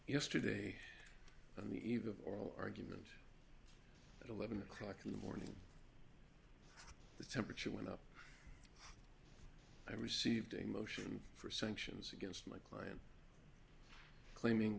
yesterday on the eve of oral argument at eleven o'clock in the morning the temperature went up i received a motion for sanctions against my client claiming